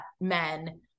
men